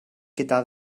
gyda